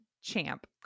Champ